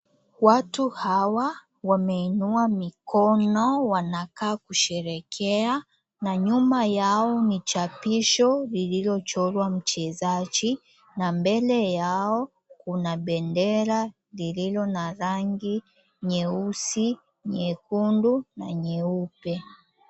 Watu hawa wameinuwa mikono wanakaa kusherekea na nyuma yao ni chapisho lililochorwa mchezaji na mbele yao kuna bendera lililo na rangi nyeusi, nyekundu na nyeupe.